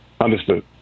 Understood